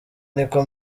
niko